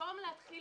במקום להתחיל